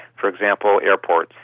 for example, airports.